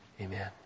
amen